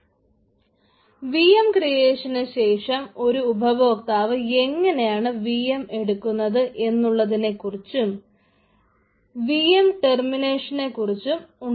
vm ക്രിയേഷന് ശേഷം ഒരു ഉപഭോക്താവ് എങ്ങനെയാണ് vm എടുക്കുന്നത് എന്നുള്ളതിനെക്കുറിച്ചും vm ടെർമിഷനെക്കുറിച്ചും ഉണ്ട്